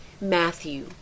Matthew